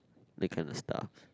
that kind of stuff